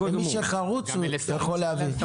מי שחרוץ יכול להבין.